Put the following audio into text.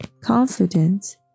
confident